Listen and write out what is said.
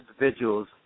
individuals